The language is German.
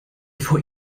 vor